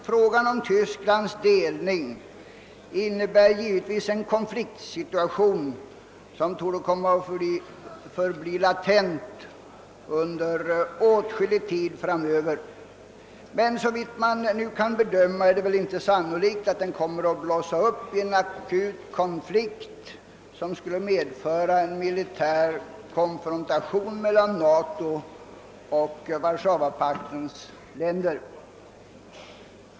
Frågan om Tysklands delning innebär givetvis en konfliktsituation som torde komma att förbli latent under åtskillig tid framöver, men såvitt man nu kan bedöma är det väl inte sannolikt att den kommer att blåsa upp i en akut konflikt, som skulle medföra en militär konfrontation mellan NATO och Warszawapaktens länder.